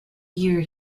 year